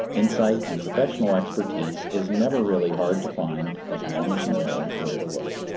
insight and professional expertise is never really hard to find as long as you know where to look.